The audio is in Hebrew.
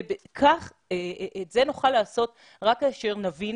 ואת זה נוכל לעשות רק כאשר נבין